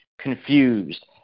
confused